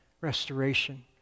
restoration